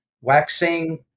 Waxing